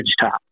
top